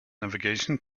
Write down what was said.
navigation